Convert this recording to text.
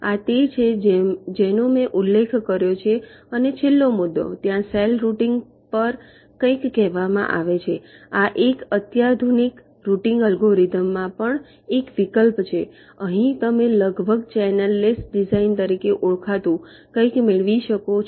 આ તે છે જેનો મેં ઉલ્લેખ કર્યો છે અને છેલ્લો મુદ્દો ત્યાં સેલ રૂટીંગ પર કંઈક કહેવામાં આવે છે આ એક અત્યાધુનિક રૂટીંગ એલ્ગોરિધમ્સ માં પણ એક વિકલ્પ છે અહીં તમે લગભગ ચેનલ લેસ ડિઝાઇન તરીકે ઓળખાતું કંઈક મેળવી શકો છો